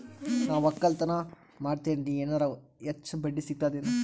ನಾ ಒಕ್ಕಲತನ ಮಾಡತೆನ್ರಿ ಎನೆರ ಹೆಚ್ಚ ಬಡ್ಡಿ ಸಿಗತದೇನು?